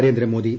Narendra Modi